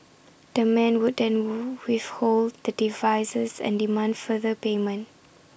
the men would then withhold the devices and demand further payment